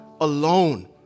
alone